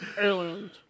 Aliens